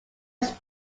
was